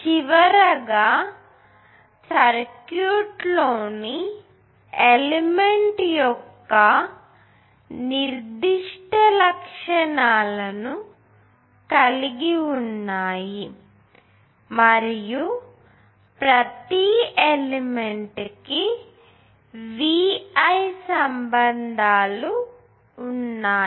చివరగా సర్క్యూట్ లోని ఎలిమెంట్ యొక్క నిర్దిష్ట లక్షణాలను కలిగి ఉన్నాయి మరియు ప్రతి ఎలిమెంట్ కి VI సంబంధాలు ఉన్నాయి